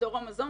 מדור המזון,